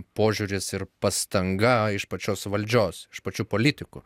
požiūris ir pastanga iš pačios valdžios iš pačių politikų